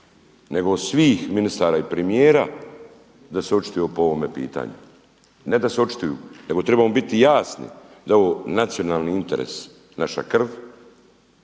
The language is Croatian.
nego od svih ministara i premijera da se očituju po ovome pitanju. Ne da se očituju nego trebamo biti jasni da je ovo nacionalni interes naša krv